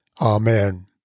Amen